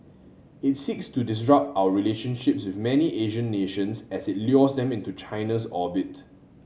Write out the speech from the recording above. it seeks to disrupt our relationships with many Asian nations as it lures them into China's orbit